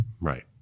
Right